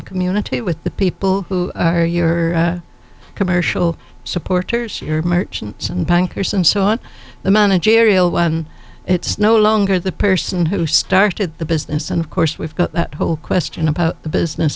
community with the people who are your commercial supporters merchants and bankers and so on the managerial it's no longer the person who started the business and of course we've got that whole question about the business